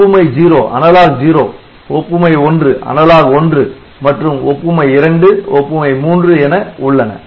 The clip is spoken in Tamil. ஒப்புமை 0 ஒப்புமை 1 மற்றும் ஒப்புமை 2 ஒப்புமை 3 என உள்ளன